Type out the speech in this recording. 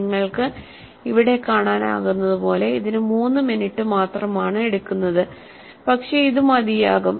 നിങ്ങൾക്ക് ഇവിടെ കാണാനാകുന്നതുപോലെ ഇതിന് 3 മിനിറ്റ് മാത്രമാണ് എടുക്കുന്നത് പക്ഷേ ഇത് മതിയാകും